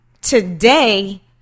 today